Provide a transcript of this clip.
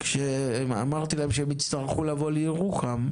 כשאמרתי להם שהם יצטרכו לבוא לירוחם,